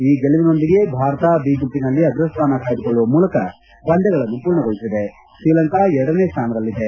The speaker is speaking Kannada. ಈ ಗೆಲುವಿನೊಂದಿಗೆ ಭಾರತ ಬಿ ಗುಂಪಿನಲ್ಲಿ ಅಗ್ರಸ್ಥಾನ ಕಾಯ್ದುಕೊಳ್ಳುವ ಮೂಲಕ ಪಂದ್ದಗಳನ್ನು ಪೂರ್ಣಗೊಳಿಸಿದೆ ಶ್ರೀಲಂಕಾ ಎರಡನೇ ಸ್ಥಾನದಲ್ಲಿದೆ